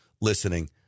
listening